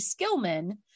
Skillman